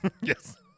Yes